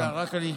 רק משפט.